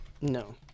No